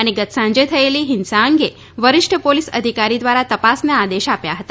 અને ગત સાંજે થયેલી હિંસા અંગે વરિષ્ઠ પોલીસ અધિકારી દ્રારા તપાસના આદેશ આપ્યા હતા